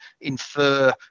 infer